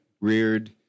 reared